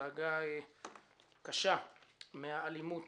דאגה קשה מהאלימות